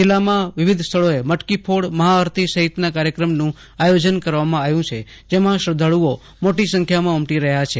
જિલ્લામાં વિવધ સ્થળોએ મટકી ફોડ મહાઆરતી સહીતના કાર્યક્રમનું આયોજન કરવામાં આવ્યું છે જેમાં શ્રધ્ધાળુઓ મોટી સંખ્યામાં ઉમટી રહ્યા છે